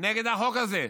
נגד החוק הזה.